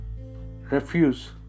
refuse